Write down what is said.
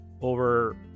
over